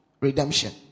redemption